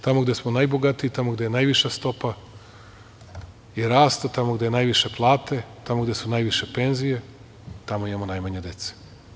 Tamo gde smo najbogatiji, tamo gde je najviša stopa rasta, tamo gde su najviše plate, tamo gde su najviše penzije, tamo imamo najmanje dece.